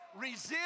Resist